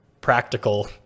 practical